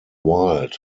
wild